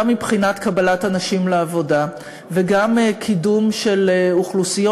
גם מבחינת קבלת אנשים לעבודה וגם קידום של אוכלוסיות